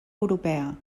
europea